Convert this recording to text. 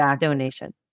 donation